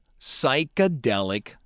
psychedelic